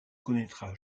connaîtra